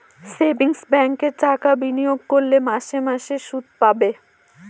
savings ব্যাঙ্কে টাকা বিনিয়োগ করলে মাসে মাসে শুদ পাবে